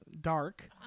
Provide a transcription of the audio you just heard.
dark